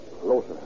Closer